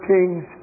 Kings